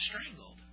strangled